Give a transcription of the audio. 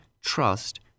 trust